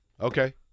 Okay